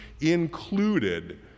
included